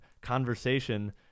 conversation